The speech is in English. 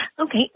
Okay